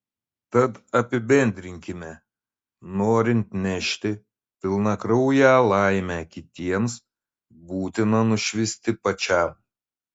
tad apibendrinkime norint nešti pilnakrauję laimę kitiems būtina nušvisti pačiam